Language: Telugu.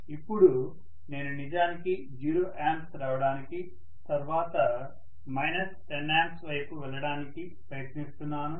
ఇపుడు నేను నిజానికి 0 A రావడానికి తర్వాత మైనస్ 10A వైపు వెళ్లడానికి ప్రయత్నిస్తున్నాను